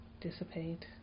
dissipate